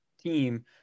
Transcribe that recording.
team